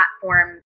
platform